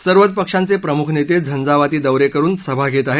सर्वच पक्षांचे प्रमुख नेते झझावाती दौरे करुन सभा घेत आहेत